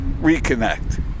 reconnect